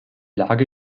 lage